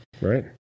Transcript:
right